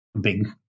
big